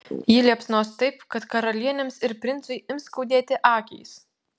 ji liepsnos taip kad karalienėms ir princui ims skaudėti akys